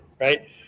right